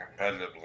competitively